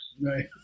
Right